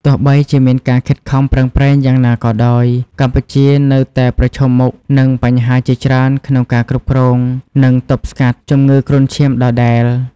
ទោះបីជាមានការខិតខំប្រឹងប្រែងយ៉ាងណាក៏ដោយ កម្ពុជានៅតែប្រឈមមុខនឹងបញ្ហាជាច្រើនក្នុងការគ្រប់គ្រង និងទប់ស្កាត់ជំងឺគ្រុនឈាមដដែល។